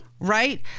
Right